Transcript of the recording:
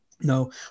no